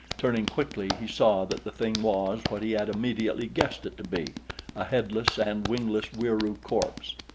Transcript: turning quickly he saw that the thing was what he had immediately guessed it to be a headless and wingless wieroo corpse.